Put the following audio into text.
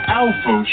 alpha